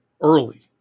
early